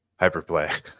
Hyperplay